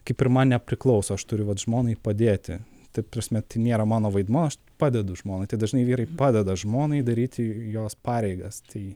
kaip ir man nepriklauso aš turiu vat žmonai padėti ta prasme tai nėra mano vaidmuo aš padedu žmonai tai dažnai vyrai padeda žmonai daryti jos pareigas tai